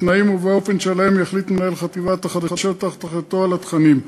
בתנאים ובאופן שעליהם יחליט מנהל חטיבת החדשות תחת אחריותו על התכנים.